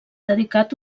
dedicat